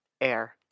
air